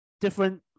different